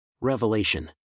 Revelation